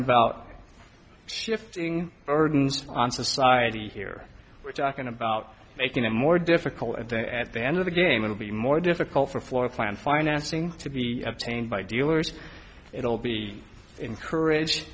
about shifting burdens on society here we're talking about making it more difficult i think at the end of the game it'll be more difficult for floorplan financing to be obtained by dealers it'll be encourage